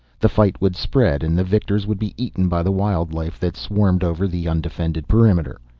the fight would spread and the victors would be eaten by the wildlife that swarmed over the undefended perimeter.